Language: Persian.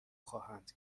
خواهند